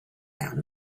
found